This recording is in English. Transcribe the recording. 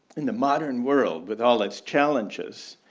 in the modern world with all its challenges,